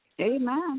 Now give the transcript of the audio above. Amen